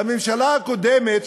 בממשלה הקודמת,